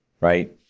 right